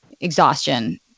exhaustion